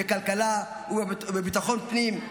בכלכלה ובביטחון פנים.